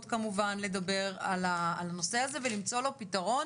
כמובן לדבר על הנושא הזה ולמצוא לו פתרון.